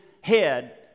head